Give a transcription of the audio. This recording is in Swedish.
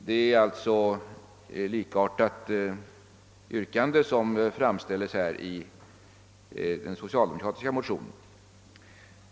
Detta yrkande är alltså liknande det som framställs i den socialdemokratiska motionen.